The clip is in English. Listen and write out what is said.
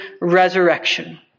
resurrection